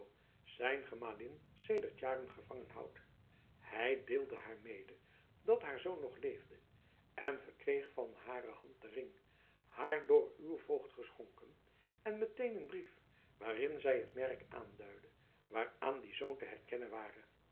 zijn gemalin sedert jaren gevangen houdt hij deelde haar mede dat haar zoon nog leefde en verkreeg van hare hand den ring haar door uw voogd geschonken en meteen een brief waarin zij het merk aanduidde waaraan die zoon te herkennen ware